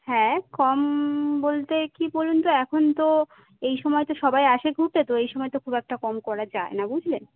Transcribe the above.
হ্যাঁ কম বলতে কি বলুন তো এখন তো এই সময় তো সবাই আসে ঘুরতে তো এই সময় তো খুব একটা কম করা যায় না বুঝলেন